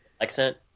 accent